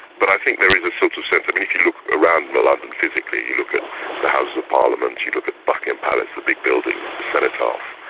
but i think there is a sort of sense, i mean if you look around london physically, you look at the houses of parliament, you look at buckingham palace, the big buildings, the cenotaph,